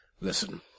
Listen